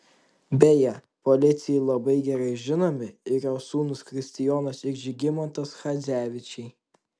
beje policijai labai gerai žinomi ir jo sūnūs kristijonas ir žygimantas chadzevičiai